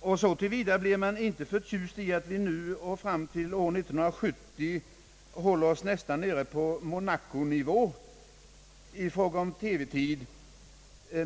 och så till vida blir man inte förtjust i att vi nu och fram till 1970 håller oss nästan nere på Monaco-nivå i fråga om TV-tid.